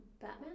Batman